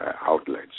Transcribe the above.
outlets